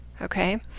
okay